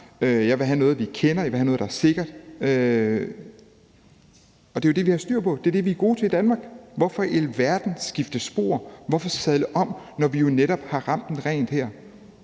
jeg vil have noget, vi kender, jeg vil have noget, der er sikkert. Og det er det, vi har styr på, det er det, vi er gode til i Danmark. Hvorfor i alverden skifte spor, hvorfor sadle om, når vi jo netop har ramt den rent her?